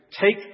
take